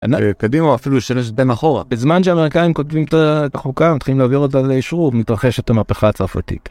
קדימה, אפילו שנה שנתיים אחורה, בזמן שהאמריקאים כותבים את החוקה מתחילים להעביר אותה לאישור, מתרחשת המהפכה הצרפתית.